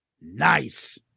Nice